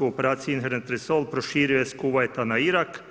u operaciji INHERENT RESOLVE proširuje s Kuvajta na Irak.